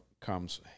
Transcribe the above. comes